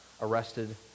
arrested